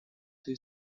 too